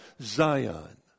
Zion